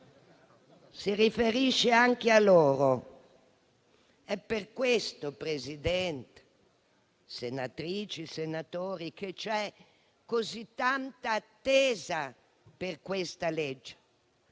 si riferisce anche a loro. È per questo, signor Presidente, senatrici e senatori, che vi è così tanta attesa per questa legge.